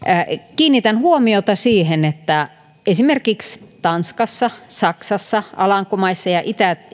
kiinnitän huomiota siihen että esimerkiksi tanskassa saksassa alankomaissa ja